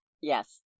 Yes